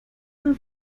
immer